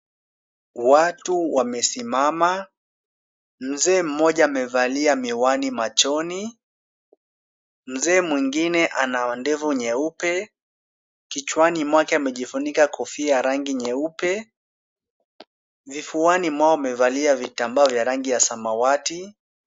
Watu wamesimama, mzee mmoja amevalia miwani machoni. Mzee mwingine ana ndevu nyeupe, kichwani mwake amejifunika kofia ya rangi nyeupe, vifuani mwao wamevalia vitambaa vya rangi ya samawati.